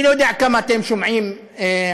אני לא יודע כמה אתם שומעים ערבית,